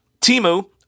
Timu